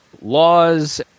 laws